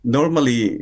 Normally